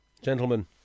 Gentlemen